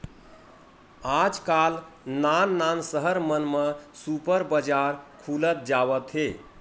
आजकाल नान नान सहर मन म सुपर बजार खुलत जावत हे